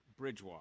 Bridgewalk